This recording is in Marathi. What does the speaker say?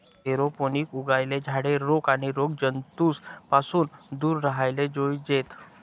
एरोपोनिक उगायेल झाडे रोग आणि रोगजंतूस पासून दूर राव्हाले जोयजेत